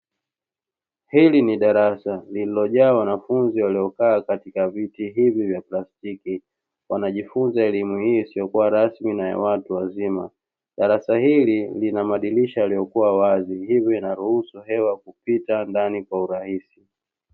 Hili ni darasa lililojaa wanafunzi waliokaa katika viti hivi vya plastiki. Wanajifunza elimu hii isiyokuwa rasmi na ya watu wazima. Darasa hili lina madirisha yaliyokuwa wazi na hivyo inaruhusu hewa kupita ndani kwa urahisi.